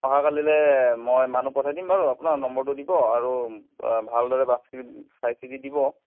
অহাকাইলৈ মই মানুহ পঠাই দিম বাৰু আপোনাৰ নম্বৰটো দিব আৰু ভালদৰে মাছখিনি চাইচিতি দিব